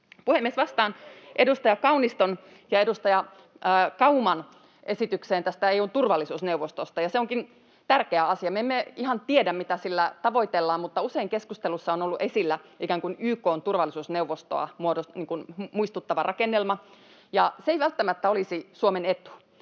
Puhemies! Vastaan edustaja Kauniston ja edustaja Kauman esitykseen tästä EU:n turvallisuusneuvostosta, ja se onkin tärkeä asia. Me emme ihan tiedä, mitä sillä tavoitellaan, mutta usein keskustelussa on ollut esillä ikään kuin YK:n turvallisuusneuvostoa muistuttava rakennelma, ja se ei välttämättä olisi Suomen etu,